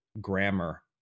grammar